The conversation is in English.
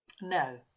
No